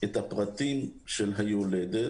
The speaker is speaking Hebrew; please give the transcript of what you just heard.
את הפרטים של היולדת,